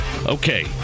Okay